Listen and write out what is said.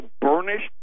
burnished